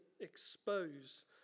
expose